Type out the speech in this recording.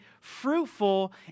fruitful